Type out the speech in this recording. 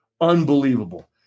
Unbelievable